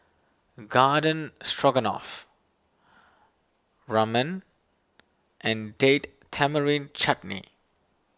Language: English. Garden Stroganoff Ramen and Date Tamarind Chutney